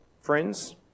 friends